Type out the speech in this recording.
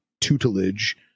tutelage